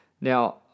Now